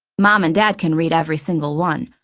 mom and dad can read every single one.